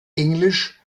englisch